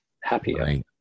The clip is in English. happier